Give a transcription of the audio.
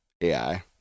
AI